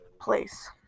place